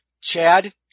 Chad